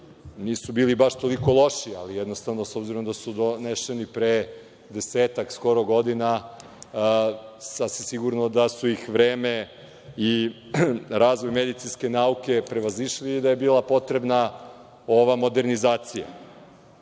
nisu bili baš toliko loši, ali jednostavno, s obzirom da su doneseni pre desetak godina, sasvim sigurno da su ih vreme i razvoj medicinske nauke prevazišli i da je bila potrebna ova modernizacija. Oni